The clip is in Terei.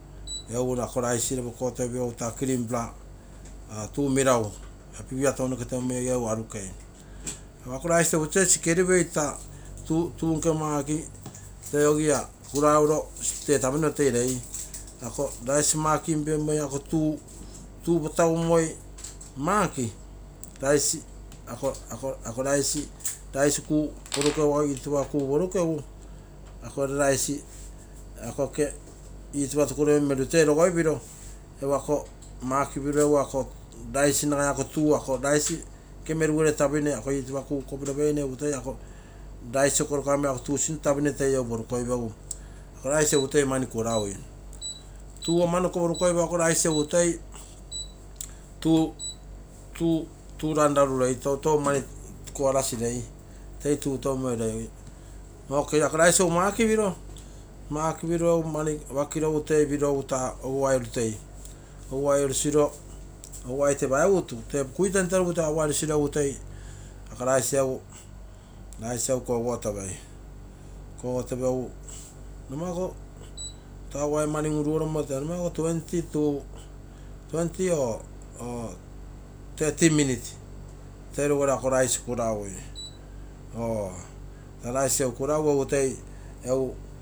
Egu ako rice taa pipia tounoke teumoi egu arukei, ako rice egu toi meruei, taa tuu nke make egu rice nke mark, rice tuu patagumoro toi patagui, tuu ekenua porukoipegu ako rice toi tuu ranraru rei, ako rice meruiro. Kosiro egu toi taa oguai orutei oguai taa meragu, touno sensing oromoi mani urusonnai twenty minutes ere ako rice toi kuraui.